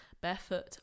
Barefoot